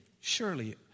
Surely